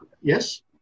Yes